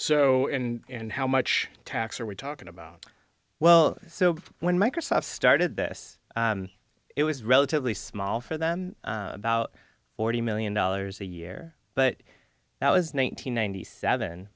o and how much tax are we talking about well so when microsoft started this it was relatively small for them about forty million dollars a year but that was nine hundred ninety seven